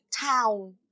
town